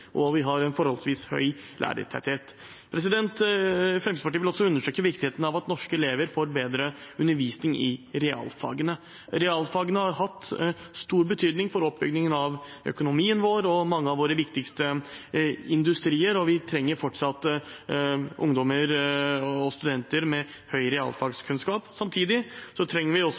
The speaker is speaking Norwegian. og vi har en forholdsvis høy lærertetthet. Fremskrittspartiet vil også understreke viktigheten av at norske elever får bedre undervisning i realfagene. Realfagene har hatt stor betydning for oppbygningen av økonomien vår og mange av våre viktigste industrier, og vi trenger fortsatt ungdommer og studenter med høy realfagskunnskap. Samtidig trenger vi også